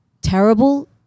terrible